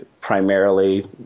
primarily